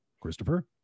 Christopher